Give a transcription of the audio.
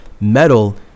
metal